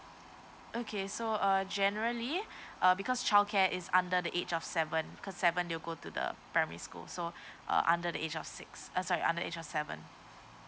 okay so uh generally uh because childcare is under the age of seven because seven he will go to the primary school so uh under the age of six uh sorry under age of seven